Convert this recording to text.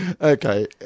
Okay